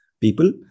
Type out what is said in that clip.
people